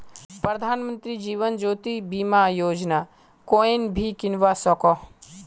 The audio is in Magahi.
प्रधानमंत्री जीवन ज्योति बीमा योजना कोएन भी किन्वा सकोह